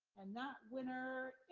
and that winner